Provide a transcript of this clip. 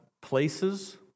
places